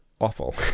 awful